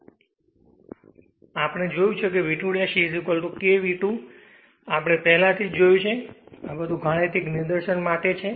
અગાઉ આપણે જોયું છે V2 k V2 આપણે પહેલાથી જ જોયું છે પરંતુ આ બધું ગાણિતિક નિદર્શન માટે છે